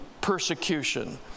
persecution